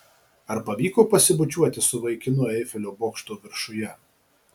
ar pavyko pasibučiuoti su vaikinu eifelio bokšto viršuje